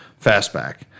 Fastback